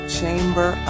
chamber